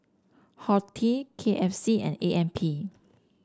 horti K F C and A M P